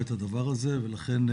לכן,